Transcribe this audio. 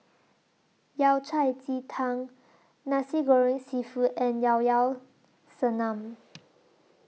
Yao Cai Ji Tang Nasi Goreng Seafood and Llao Llao Sanum